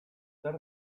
zer